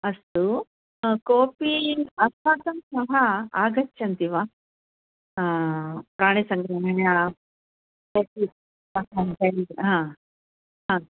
अस्तु ह कोपि अस्माकं सह आगच्छन्ति वा प्राणिसङ्ग्रालयं तर्हि अहं तर्हि हा हा